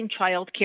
childcare